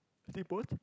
flip what